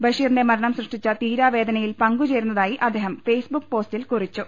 ബഷീറിന്റെ മരണം സൃഷ്ടിച്ച തീരാവേദനയിൽ പങ്കുചേരുന്നതായി അദ്ദേഹം ഫെയ്സ്ബുക്ക് പോസ്റ്റിൽ കുറിച്ചു